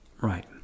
Right